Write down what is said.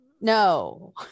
no